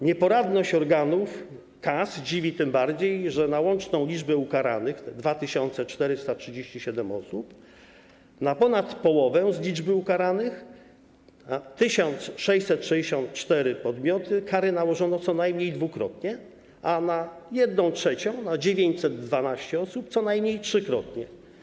Nieporadność organów kas dziwi, tym bardziej że z łącznej liczby ukaranych 2437 osób na ponad połowę z liczby ukaranych - 1664 podmioty kary nałożono co najmniej dwukrotnie, a na 1/3, czyli 912 osób - co najmniej trzykrotnie.